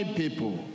people